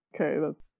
Okay